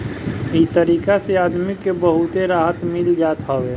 इ तरीका से आदमी के बहुते राहत मिल जात हवे